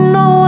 no